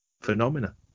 phenomena